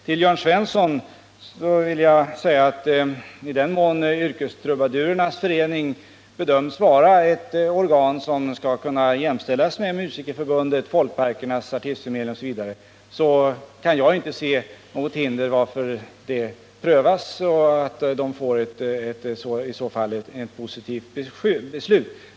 Till Jörn Svensson vill jag säga att i den mån Yrkestrubadurernas förening bedöms vara ett organ som skall kunna jämställas med Musikerförbundet, Folkparkernas artistförmedling osv., kan jag inte se något hinder för att det prövas och att det i så fall blir ett för dem positivt beslut.